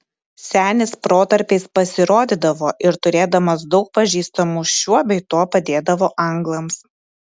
senis protarpiais pasirodydavo ir turėdamas daug pažįstamų šiuo bei tuo padėdavo anglams